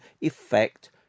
effect